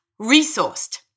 resourced